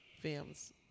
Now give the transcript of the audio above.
films